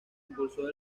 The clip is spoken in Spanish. impulsó